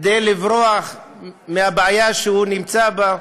כדי לברוח מהבעיה שהוא נמצא בה,